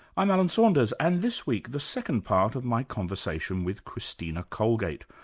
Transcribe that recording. i'm alan saunders and this week the second part of my conversation with christina colegate,